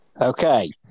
Okay